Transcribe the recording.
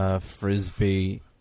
frisbee